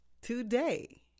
today